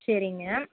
சரிங்க